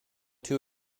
two